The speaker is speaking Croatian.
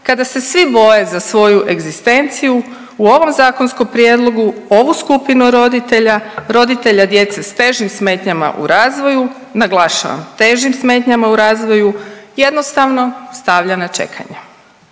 kada se svi boje za svoju egzistenciju u ovom zakonskom prijedlogu ovu skupinu roditelja, roditelja djece s težim smetnjama u razvoju, naglašavam težim smetnjama u razvoju jednostavno stavlja na čekanje.